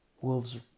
Wolves